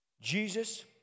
Jesus